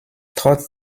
trotz